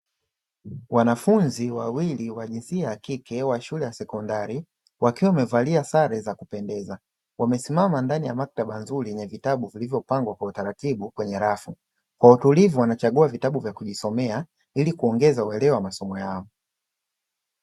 Wanafunzi wawili wa jinsia ya kike wa shule ya sekondari, wakiwa wamevalia sare za kupendeza. Wamesimama ndani ya maktaba nzuri yenye vitabu vilivyopangwa kwa utaratibu kwenye rafu, kwa utulivu wanachagua vitabu vya kujisomea ili kuongeza uelewa wa masomo yao.